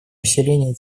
усилении